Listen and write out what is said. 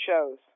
shows